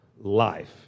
life